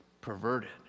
perverted